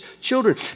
children